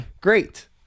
great